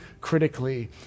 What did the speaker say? critically